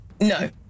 no